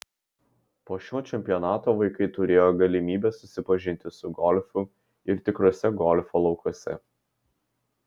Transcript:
po šio čempionato vaikai turėjo galimybę susipažinti su golfu ir tikruose golfo laukuose